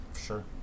sure